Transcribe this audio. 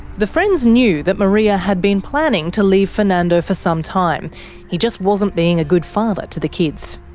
the friends knew that maria had been planning to leave fernando for some time he just wasn't being a good father to the kids.